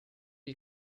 you